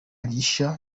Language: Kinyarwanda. rishya